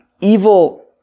evil